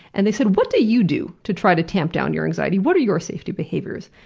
and they said, what do you do to try to tamp down your anxiety? what are your safety behaviors.